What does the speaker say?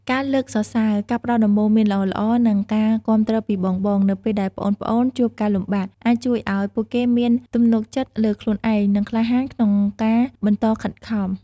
ការលើកសរសើរ ការផ្ដល់ដំបូន្មានល្អៗ និងការគាំទ្រពីបងៗ នៅពេលដែលប្អូនៗជួបការលំបាក អាចជួយឱ្យពួកគេមាន ទំនុកចិត្តលើខ្លួនឯង និងក្លាហានក្នុងការបន្តខិតខំ ។